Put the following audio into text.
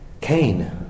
Cain